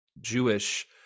jewish